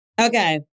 Okay